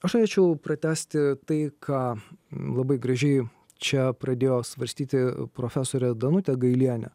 aš norėčiau pratęsti tai ką labai gražiai čia pradėjo svarstyti profesorė danutė gailienė